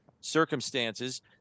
circumstances